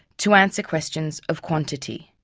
to answer questions of quantity